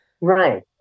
Right